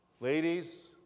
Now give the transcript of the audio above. Ladies